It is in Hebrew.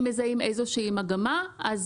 אם מזהים איזושהי מגמה,